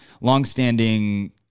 longstanding